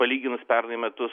palyginus pernai metus